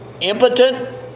impotent